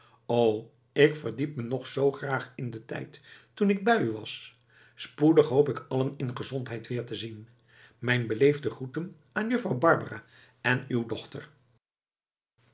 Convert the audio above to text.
o ik verdiep me nog zoo graag in den tijd toen ik bij u was spoedig hoop ik allen in gezondheid weer te zien mijn beleefde groeten aan juffrouw barbara en uw dochter